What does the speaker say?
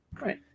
right